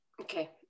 Okay